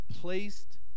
placed